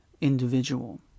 individual